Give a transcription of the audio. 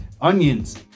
Onions